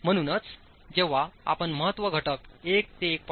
म्हणूनच जेव्हाआपण महत्त्व घटक 1 ते 1